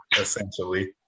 essentially